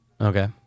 Okay